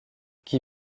qui